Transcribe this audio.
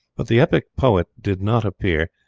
but the epic poet did not appear,